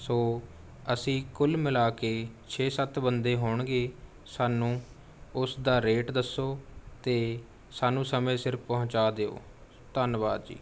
ਸੋ ਅਸੀਂ ਕੁੱਲ ਮਿਲਾ ਕੇ ਛੇ ਸੱਤ ਬੰਦੇ ਹੋਣਗੇ ਸਾਨੂੰ ਉਸਦਾ ਰੇਟ ਦੱਸੋ ਅਤੇ ਸਾਨੂੰ ਸਮੇਂ ਸਿਰ ਪਹੁੰਚਾ ਦਿਉ ਧੰਨਵਾਦ ਜੀ